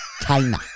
China